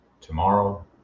tomorrow